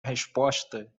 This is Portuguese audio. resposta